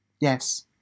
Yes